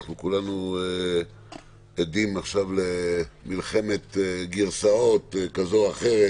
אנחנו כולנו עדים עכשיו למלחמת גרסאות כזו או אחרת